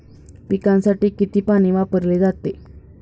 पिकांसाठी किती पाणी वापरले जाते?